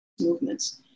movements